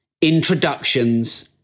introductions